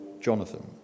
Jonathan